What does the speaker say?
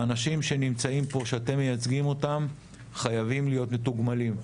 האנשים שנמצאים פה שאתם מייצגים אותם חייבים להיות מתוגמלים.